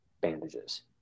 bandages